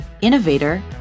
innovator